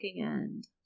end